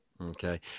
Okay